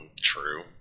True